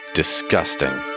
disgusting